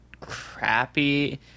crappy